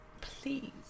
Please